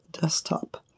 desktop